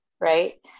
Right